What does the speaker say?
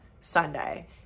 sunday